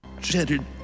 shattered